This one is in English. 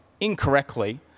incorrectly